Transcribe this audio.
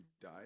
died